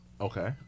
Okay